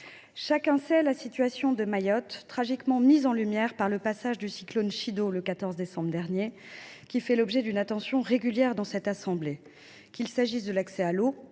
Chacun sait la situation de Mayotte, qui a été tragiquement mise en lumière par le passage du cyclone Chido, le 14 décembre dernier. Elle fait l’objet d’une attention régulière dans cette assemblée, qu’il s’agisse de l’accès à l’eau,